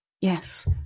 Yes